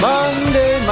Monday